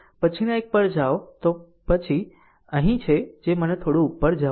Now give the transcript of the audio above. આમ જો પછીના એક પર જાઓ તો પછી આ અહીં છે જે મને થોડું ઉપર જવા દો